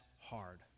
hard